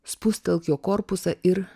spustelk jo korpusą ir